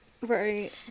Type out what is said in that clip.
Right